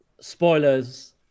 spoilers